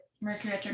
mercury